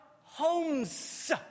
homes